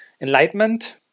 Enlightenment